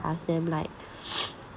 ask them like